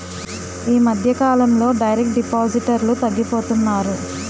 ఈ మధ్యకాలంలో డైరెక్ట్ డిపాజిటర్లు తగ్గిపోతున్నారు